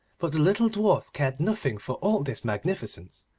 but the little dwarf cared nothing for all this magnificence.